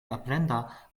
aprenda